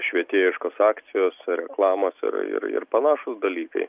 švietėjiškos akcijos reklamos ir ir ir panašūs dalykai